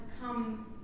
come